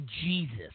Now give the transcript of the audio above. Jesus